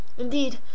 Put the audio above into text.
indeed